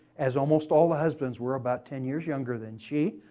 as almost all the husbands were, about ten years younger than she.